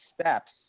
steps